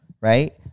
right